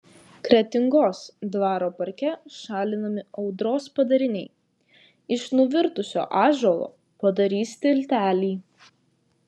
kretingos dvaro parke šalinami audros padariniai iš nuvirtusio ąžuolo padarys tiltelį